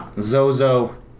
Zozo